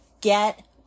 get